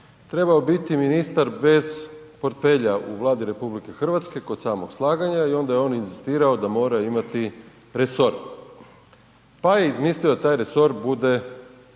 trebao biti ministar bez portfelja u Vladi RH kod samog slaganja i onda je on inzistirao da mora imati resor, pa je izmislio da taj resor bude